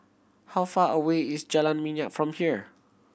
how far away is Jalan Minyak from here